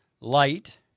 Light